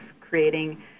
creating